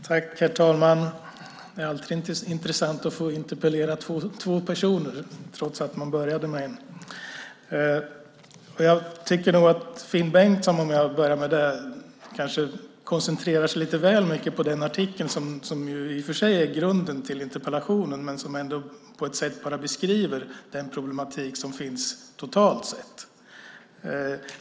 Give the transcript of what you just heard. Herr talman! Det är alltid intressant att få interpellera med två personer trots att man började med en. Jag tycker nog att Finn Bengtsson, om jag börjar med det, kanske koncentrerar sig lite väl mycket på den artikel som ju i och för sig är grunden till interpellationen men som ändå bara beskriver den problematik som finns totalt sett.